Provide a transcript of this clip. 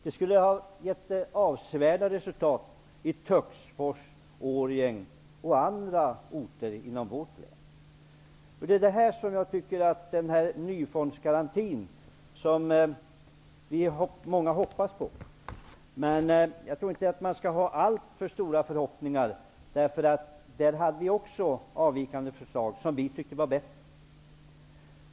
Det skulle ha gett avsevärda resultat i Töcksfors, Årjäng och på andra orter inom vårt län. Det är här den nyfondsgaranti som många hoppas på kommer in. Jag tror dock inte att man skall ha alltför stora förhoppningar. Vi hade avvikande förslag som vi tyckte var bättre.